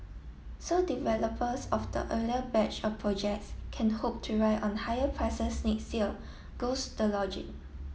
so developers of the earlier batch of projects can hope to ride on higher prices next year goes the logic